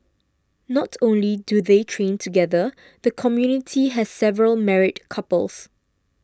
not only do they train together the community has several married couples